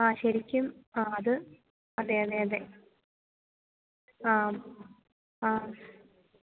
ആ ശരിക്കും ആ അത് അതെ അതെ അതെ ആ ആ